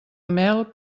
mel